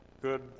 good